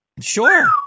Sure